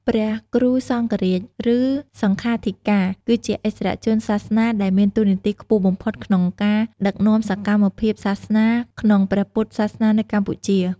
ព្រះគ្រូសង្ឃរាជ ឬ សង្ឃាធិការ គឺជាឥស្សរជនសាសនាដែលមានតួនាទីខ្ពស់បំផុតក្នុងការ ដឹកនាំសកម្មភាពសាសនា ក្នុងព្រះពុទ្ធសាសនានៅកម្ពុជា។